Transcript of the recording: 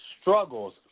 struggles